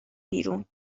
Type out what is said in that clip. بیرون